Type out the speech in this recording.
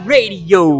Radio